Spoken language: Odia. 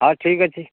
ହେଉ ଠିକ ଅଛି